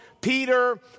Peter